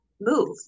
move